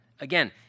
Again